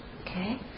Okay